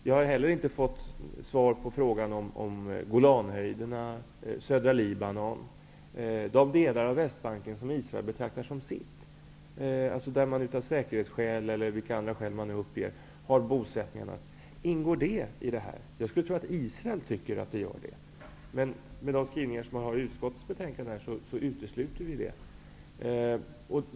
Jag har inte heller fått svar på frågorna om Golanhöjderna och södra Libanon -- de delar av Västbanken som Israel betraktar som sitt område och där man av säkerhetsskäl eller andra orsaker har bosättningarna. Ingår de i detta? Jag skulle tro att Israel tycker att de gör det, men av de skrivningar som finns i utskottets betänkande är de uteslutna.